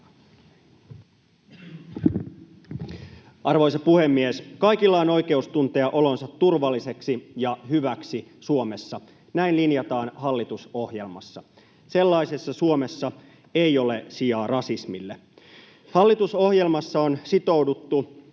Arvoisa puhemies! ”Kaikilla on oikeus tuntea olonsa turvalliseksi ja hyväksi Suomessa.” Näin linjataan hallitusohjelmassa. Sellaisessa Suomessa ei ole sijaa rasismille. Hallitusohjelmassa on sitouduttu